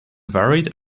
varied